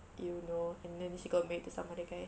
!eww! no and then she got married to some other guy